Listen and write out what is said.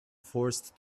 forced